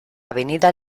avenida